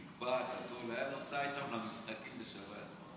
עם מגבעת, הכול, היה נוסע איתם למשחקים בשבת.